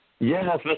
Yes